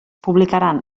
publicaran